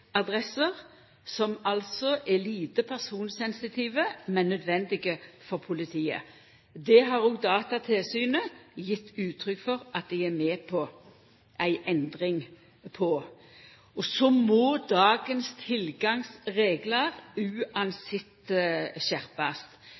IP-adresser, som altså er lite personsensitive, men nødvendige for politiet. Der har òg Datatilsynet gjeve uttrykk for at dei er med på ei endring. Og så må dagens tilgangsreglar